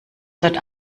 dort